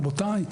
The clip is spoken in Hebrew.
רבותיי,